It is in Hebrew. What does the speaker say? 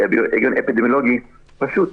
היגיון אפידמיולוגי פשוט,